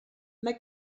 mae